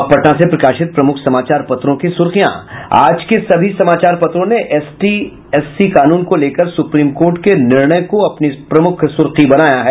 अब पटना से प्रकाशित प्रमुख समाचार पत्रों की सुर्खियां आज के सभी समाचार पत्रों ने एसटी एससी कानून को लेकर सुप्रीम कोर्ट के निर्णय को अपनी प्रमुख सुर्खी बनाया है